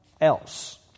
else